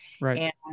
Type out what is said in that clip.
Right